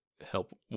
help